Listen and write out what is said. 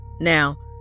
Now